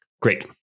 Great